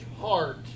heart